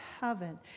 heaven